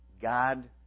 God